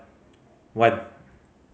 one